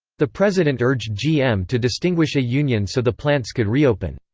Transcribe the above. the president urged gm to distinguish a union so the plants could re-open.